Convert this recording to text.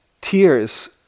tears